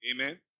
Amen